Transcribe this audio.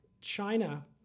China